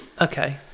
Okay